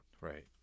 Right